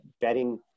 betting